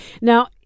Now